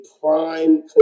prime